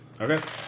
Okay